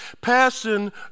Passion